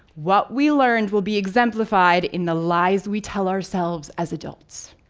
what we learned will be exemplified in the lies we tell ourselves as adults.